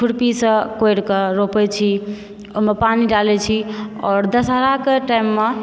खुरपीसँ कोड़ि कऽ रोपै छी ओहि मे पानि डालै छी अपन दसहरा के टाइममे